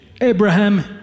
Abraham